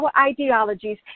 ideologies